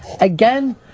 Again